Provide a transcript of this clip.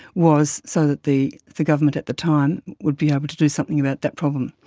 was so that the the government at the time would be able to do something about that problem.